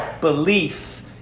belief